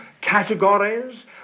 categories